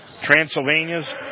Transylvania's